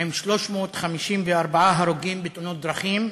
עם 354 הרוגים בתאונות דרכים.